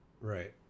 Right